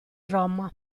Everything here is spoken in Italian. roma